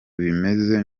bimeze